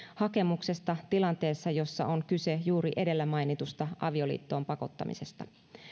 hakemuksesta tilanteessa jossa on kyse juuri edellä mainitusta avioliittoon pakottamisesta